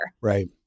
Right